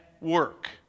work